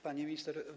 Pani Minister!